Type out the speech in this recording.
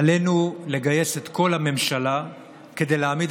עלינו לגייס את כל הממשלה כדי להעמיד